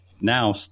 now